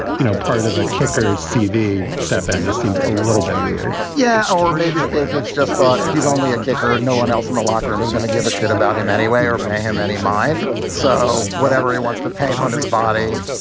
you know, part of a kickers cv, stefan just seems a little bit weird yeah. or maybe the patriots just thought he's only a kicker. no one else in the locker room is gonna give a shit about him anyway or pay him any mind. so whatever he wants to paint on his body,